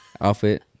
Outfit